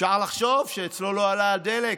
אפשר לחשוב שאצלו לא עלה הדלק,